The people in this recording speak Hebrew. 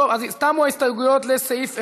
תמו ההסתייגויות לסעיף 1,